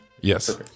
Yes